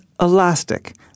Elastic